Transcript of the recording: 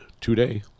today